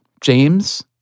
James